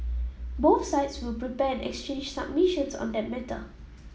both sides will prepare and exchange submissions on that matter